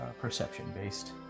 perception-based